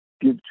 give